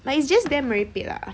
like it's just damn merepek lah